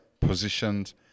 positioned